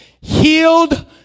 healed